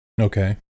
Okay